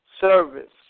service